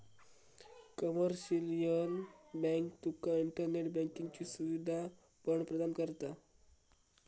commercial bank तुका internet बँकिंगची सुवीधा पण प्रदान करता